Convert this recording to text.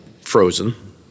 frozen